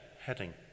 heading